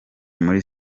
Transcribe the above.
muri